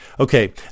Okay